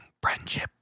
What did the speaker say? friendship